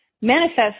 manifest